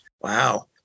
Wow